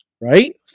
Right